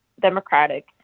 democratic